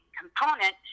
component